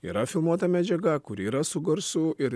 yra filmuota medžiaga kuri yra su garsu ir